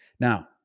Now